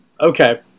Okay